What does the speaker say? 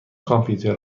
کامپیوتر